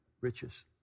riches